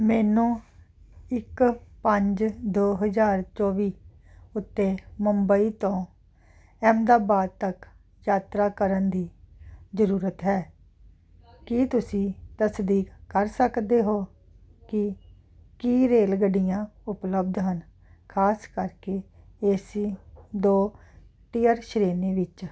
ਮੈਨੂੰ ਇੱਕ ਪੰਜ ਦੋ ਹਜ਼ਾਰ ਚੌਵੀ ਉੱਤੇ ਮੁੰਬਈ ਤੋਂ ਅਹਿਮਦਾਬਾਦ ਤੱਕ ਯਾਤਰਾ ਕਰਨ ਦੀ ਜ਼ਰੂਰਤ ਹੈ ਕੀ ਤੁਸੀਂ ਤਸਦੀਕ ਕਰ ਸਕਦੇ ਹੋ ਕਿ ਕੀ ਰੇਲ ਗੱਡੀਆਂ ਉਪਲੱਬਧ ਹਨ ਖਾਸ ਕਰਕੇ ਏ ਸੀ ਦੋ ਟੀਅਰ ਸ਼੍ਰੇਣੀ ਵਿੱਚ